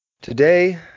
Today